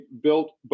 built